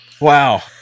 Wow